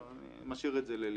אני משאיר את זה לאליעז.